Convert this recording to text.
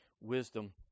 Wisdom